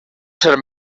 ser